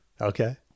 Okay